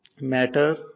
Matter